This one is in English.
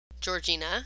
Georgina